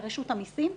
לרשות המיסים,